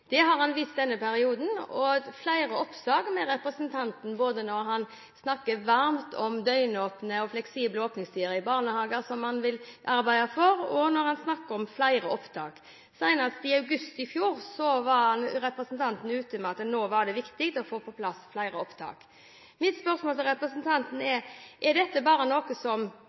Det har han vist denne perioden, også gjennom flere oppslag der han snakker varmt både om døgnåpne og fleksible åpningstider i barnehager, som han vil arbeide for, og om flere opptak. Senest i august i fjor var representanten ute og sa at det nå var viktig å få på plass flere opptak. Mine spørsmål til representanten er: Er dette bare noe